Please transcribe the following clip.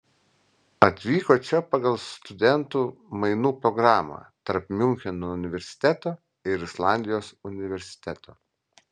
atvyko čia pagal studentų mainų programą tarp miuncheno universiteto ir islandijos universiteto